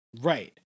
Right